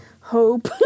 hope